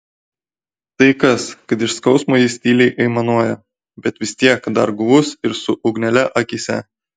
tai kas kad iš skausmo jis tyliai aimanuoja bet vis tiek dar guvus ir su ugnele akyse